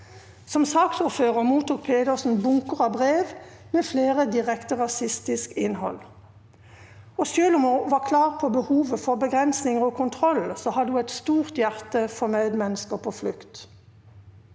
Som saksordfører mottok Pedersen bunker av brev, flere med direkte rasistisk innhold. Og selv om hun var klar på behovet for begrensninger og kontroll, hadde hun et stort hjerte for medmennesker på flukt.